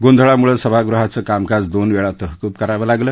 गोंधळाम्ळं सभागृहाचं कामकाज दोनवेळा तहकूब करावं लागलं